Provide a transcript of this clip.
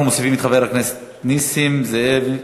אם אנחנו מוסיפים את חבר הכנסת נסים זאב,